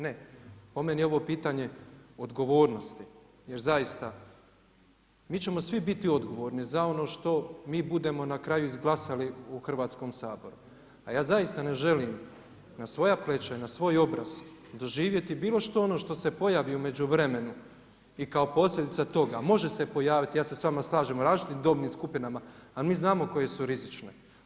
Ne, po meni je ovo pitanje odgovornosti jer zaista mi ćemo svi biti odgovorni za ono što mi budemo na kraju izglasali u Hrvatskom saboru a ja zaista ne želim na svoja pleća i na svoj obraz doživjeti bilo što, ono što se pojavi u međuvremenu i kao posljedica toga može se pojaviti, ja se s vama slažem, u različitim dobnim skupinama, ali mi znamo koje su rizične.